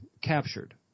captured